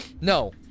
no